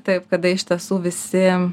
taip kada iš tiesų visi